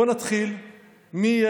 בואו נתחיל משורשים.